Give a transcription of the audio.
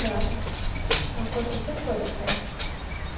ବା ଆକର୍ଷିତ କରିଥାଏ